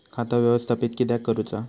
खाता व्यवस्थापित किद्यक करुचा?